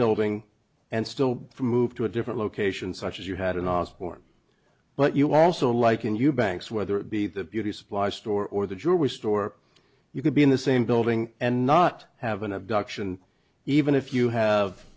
building and still move to a different look asians such as you had in our sport but you also like in eubanks whether it be the beauty supply store or the jury store you could be in the same building and not have an abduction even if you have